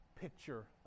picture